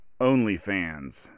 OnlyFans